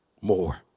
more